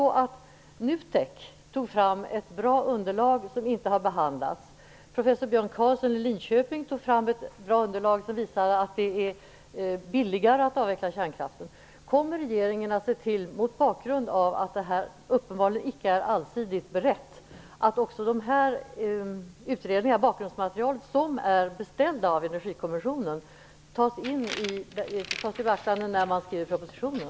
NUTEK tog fram ett bra underlag som inte har behandlats. Professor Björn Karlsson i Linköping tog fram ett bra underlag som visar att det är billigare att avveckla kärnkraften. Kommer regeringen mot bakgrund av att frågan uppenbarligen icke är allsidigt utredd att se till att också utredningarna och bakgrundsmaterialet som Energikommissionen har beställt tas i beaktande när man skriver propositionen?